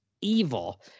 evil